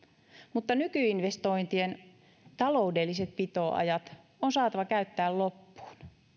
mutta nykyinvestointien taloudelliset pitoajat on saatava käyttää loppuun